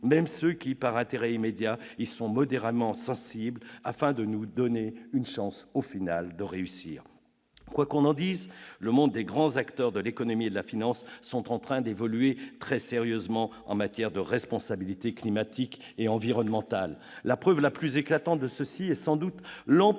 ceux qui, par intérêt immédiat, y sont modérément sensibles, si nous voulons nous donner une chance de le remporter. Quoi qu'on en dise, le monde des grands acteurs de l'économie et de la finance est en train d'évoluer très sérieusement en matière de responsabilité climatique et environnementale. La preuve la plus éclatante de ce changement tient